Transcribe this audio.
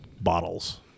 bottles